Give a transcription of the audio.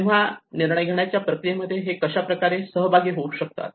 तेव्हा निर्णय घेण्याच्या प्रक्रियेमध्ये हे कशा प्रकारे सहभागी होऊ शकतात